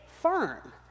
firm